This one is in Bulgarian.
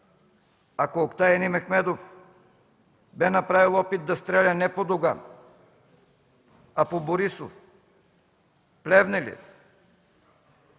ако Октай Енимехмедов бе направил опит да стреля не по Доган, а по Борисов, Плевнелиев,